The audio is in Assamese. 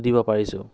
দিব পাৰিছোঁ